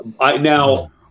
Now